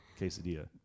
Quesadilla